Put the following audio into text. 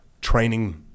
training